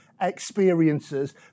Experiences